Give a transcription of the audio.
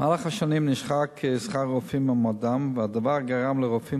במהלך השנים נשחקו שכר הרופאים ומעמדם והדבר גרם לרופאים